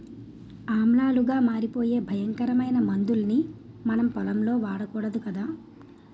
ఆమ్లాలుగా మారిపోయే భయంకరమైన మందుల్ని మనం పొలంలో వాడకూడదు కదా